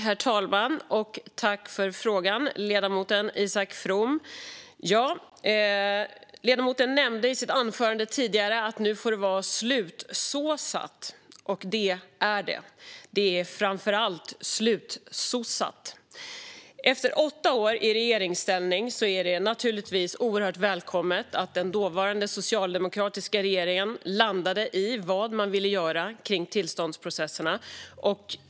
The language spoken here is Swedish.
Herr talman! Tack för frågan, ledamoten Isak From! Ledamoten nämnde i sitt anförande tidigare att det nu får vara slutsåsat. Det är det. Framför allt är det slutsossat. Efter åtta år i regeringsställning var det naturligtvis oerhört välkommet att den dåvarande socialdemokratiska regeringen landade i vad man ville göra med tillståndsprocesserna.